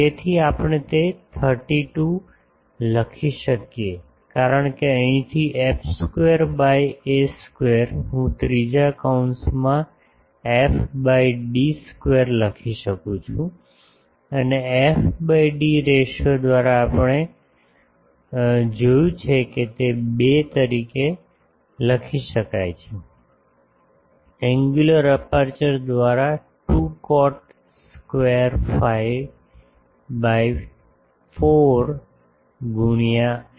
તેથી આપણે તે 32 લખી શકીએ કારણ કે અહીંથી f square by a square હું આ ત્રીજા કૌંસમાં f by d square લખી શકું છું અને f by d રેશિયો દ્વારા આપણે જોયું છે કે તે 2 તરીકે લખી શકાય છે એન્ગ્યુલર અપેર્ચર દ્વારા 2 cot square phi by 4 ગુણ્યાં આ